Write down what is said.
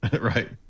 right